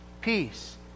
peace